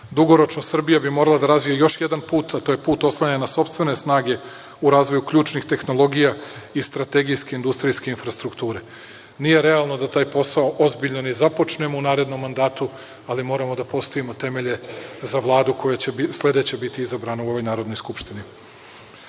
dugoročno, Srbija bi morala da razvije još jedan put, a to je put oslanjanja na sopstvene snage u razvoju ključnih tehnologija i strategijske industrijske infrastrukture. Nije realno da taj posao ozbiljno ni započnemo u narednom mandatu, ali moramo da postavimo temelje za Vladu koja će sledeća biti izabrana u ovoj Narodnoj skupštini. Poglavlje